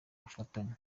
mufatanya